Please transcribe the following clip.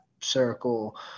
circle